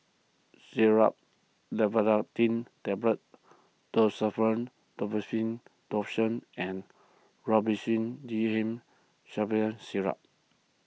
Xyzal Tablets Desowen Lotion and Robitussin D M Syrup